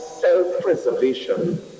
self-preservation